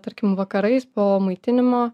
tarkim vakarais po maitinimo